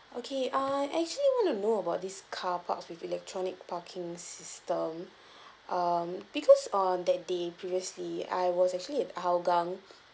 okay I actually want to know about this carpark with electronic parking system um because on that day previously I was actually at hougang